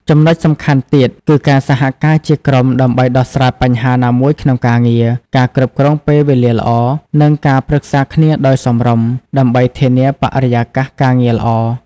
ចំណុចសំខាន់ទៀត គឺការសហការជាក្រុមដើម្បីដោះស្រាយបញ្ហាណាមួយក្នុងការងារ ការគ្រប់គ្រងពេលវេលាល្អ និងការប្រឹក្សាគ្នាដោយសមរម្យ ដើម្បីធានាបរិយាកាសការងារល្អ។